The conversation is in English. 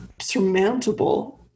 surmountable